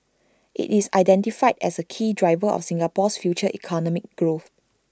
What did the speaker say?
IT is identified as A key driver of Singapore's future economic growth